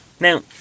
Now